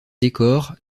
décors